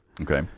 Okay